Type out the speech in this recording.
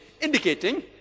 indicating